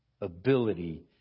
ability